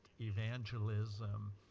evangelism